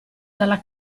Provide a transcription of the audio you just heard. dalla